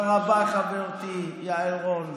תודה רבה, חברתי יעל רון.